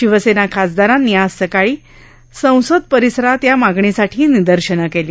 शिवसेना खासदारांनी आज सकाळी संसद परिसरात या मागणीसाठी निदर्शनं केली